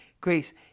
Grace